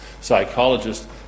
psychologist